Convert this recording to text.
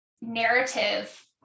narrative